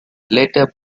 later